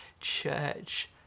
church